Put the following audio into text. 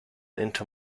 into